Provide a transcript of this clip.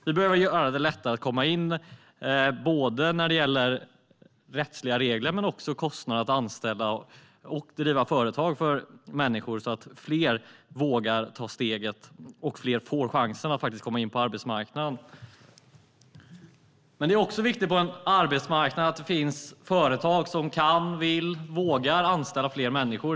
Vi behöver göra det lättare att komma in när det gäller både rättsliga regler och kostnaderna för att anställa och driva företag för människor så att fler vågar ta steget och får chansen att komma in på arbetsmarknaden. Det är också viktigt på en arbetsmarknad att det finns företag som kan, vill och vågar anställa fler människor.